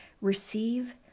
Receive